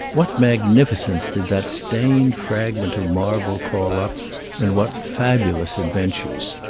what mag nificence did that stained fragment of marble call up and what fabulous adventures!